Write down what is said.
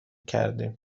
کردیم